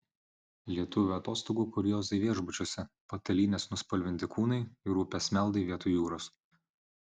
lietuvių atostogų kuriozai viešbučiuose patalynės nuspalvinti kūnai ir upės meldai vietoj jūros